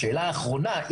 השאלה האחרונה,